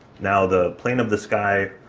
now, the plane of the sky,